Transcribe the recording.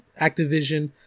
Activision